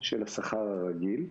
של השכר הרגיל,